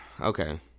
Okay